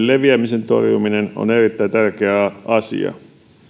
leviämisen torjuminen on erittäin tärkeä asia